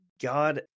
God